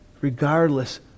Regardless